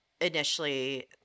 initially